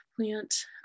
plant